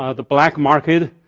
ah the black market,